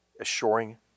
assuring